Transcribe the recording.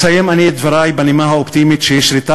מסיים אני את דברי בנימה האופטימית שהשרתה